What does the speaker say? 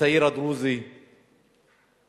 הצעיר הדרוזי מחויב